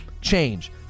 Change